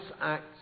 acts